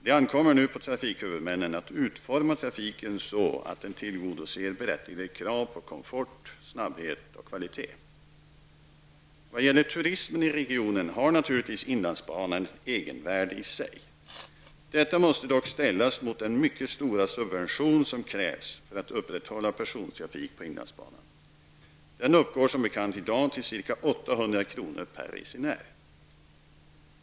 Det ankommer nu på trafikhuvudmännen att utforma trafiken så att den tillgodoser berättigade krav på komfort, snabbhet och kvalitet. Vad gäller turismen i regionen har naturligtvis inlandsbanan ett egenvärde i sig. Detta måste dock ställas mot den mycket stora subvention som krävs för att upprätthålla persontrafik på inlandsbanan. Den uppgår som bekant i dag till ca 800 kr. per resenär.